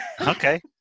okay